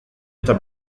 eta